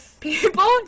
People